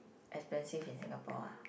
expensive in Singapore ah